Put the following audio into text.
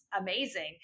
amazing